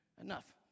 enough